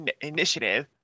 initiative